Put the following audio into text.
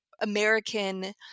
American